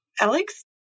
Alex